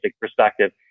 perspective